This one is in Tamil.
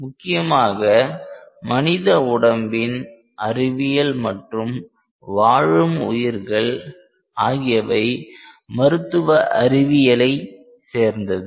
முக்கியமாக மனித உடம்பின் அறிவியல் மற்றும் வாழும் உயிர்கள் ஆகியவை மருத்துவ அறிவியலை சேர்ந்தது